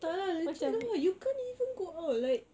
tak lah you can't even go out like